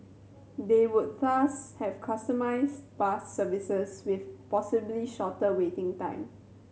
they would thus have customised bus services with possibly shorter waiting time